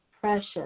precious